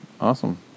awesome